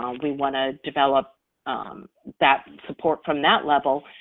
um we wanna develop that support from that level,